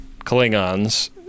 Klingons